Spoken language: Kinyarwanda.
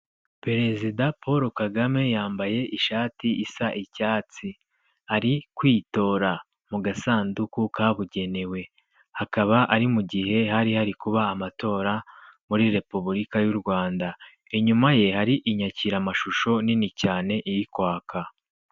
Perezida Paul Kagame yambaye ishati isa icyatsi, ari kwitora mu gasanduku kabugenewe, hakaba ari mu gihe hari hari kuba amatora muri repubulika y'u Rwanda, inyuma ye hari inyakiramashusho nini cyane iri kwaka.